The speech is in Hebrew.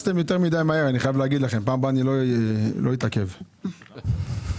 אני אמרתי שאני בכלל לא מבין את הרציונל של הצעת החוק.